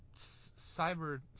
Cyber